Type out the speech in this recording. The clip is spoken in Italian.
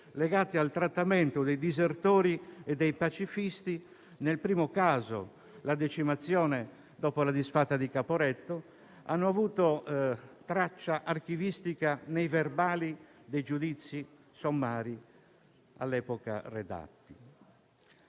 legate al trattamento dei disertori e dei pacifisti che, nel caso della decimazione dopo la disfatta di Caporetto, hanno avuto traccia archivistica nei verbali dei giudizi sommari all'epoca redatti.